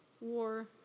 war